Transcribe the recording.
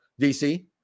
DC